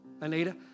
Anita